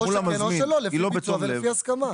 או שכן, או שלא, לפי ביצוע ולפי הסכמה.